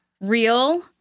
real